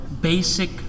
basic